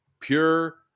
pure